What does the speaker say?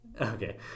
Okay